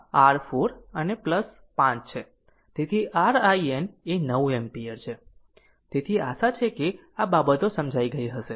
તેથી r IN એ 9 ampere છે તેથી આશા છે કે આ બાબતો સમજાઈ ગઈ હશે